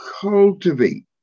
cultivate